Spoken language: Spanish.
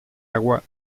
agua